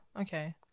Okay